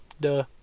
Duh